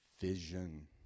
vision